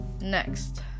next